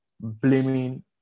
blaming